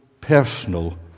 personal